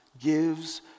gives